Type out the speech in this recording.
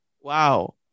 Wow